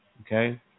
Okay